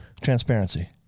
Transparency